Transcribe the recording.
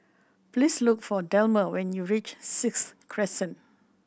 please look for Delmer when you reach Sixth Crescent